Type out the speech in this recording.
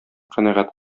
канәгать